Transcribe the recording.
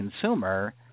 consumer